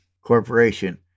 Corporation